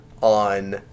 on –